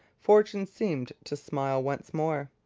fortune seemed to smile once more.